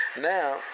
now